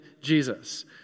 Jesus